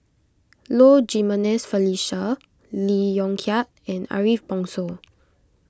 Low Jimenez Felicia Lee Yong Kiat and Ariff Bongso